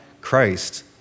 Christ